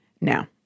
Now